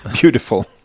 beautiful